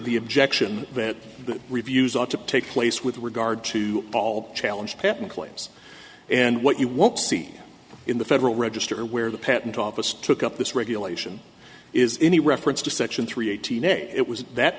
the objection that reviews ought to take place with regard to all challenge patent claims and what you won't see in the federal register where the patent office took up this regulation is any reference to section three eighteen it was that